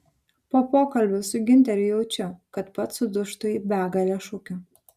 po pokalbio su giunteriu jaučiu kad pats sudūžtu į begalę šukių